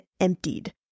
emptied